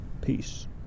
Peace